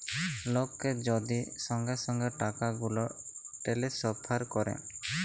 লককে যদি সঙ্গে সঙ্গে টাকাগুলা টেলেসফার ক্যরে